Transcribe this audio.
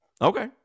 Okay